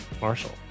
Marshall